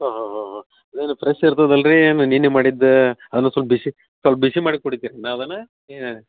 ಹಾಂ ಹಾಂ ಹಾಂ ಹಾಂ ಏನು ಫ್ರೆಶ್ ಇರ್ತದಲ್ಲ ರೀ ಏನು ನಿನ್ನೆ ಮಾಡಿದ್ದು ಅದು ಸ್ವಲ್ಪ್ ಬಿಸಿ ಸ್ವಲ್ಪ್ ಬಿಸಿ ಮಾಡಿ ಕೊಡ್ತಿರ್ನಾ ಅದನ್ನ